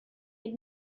had